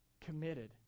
committed